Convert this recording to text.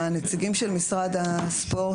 נציגי משרד הספורט,